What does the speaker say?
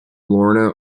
lorna